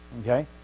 Okay